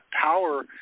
power